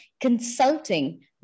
consulting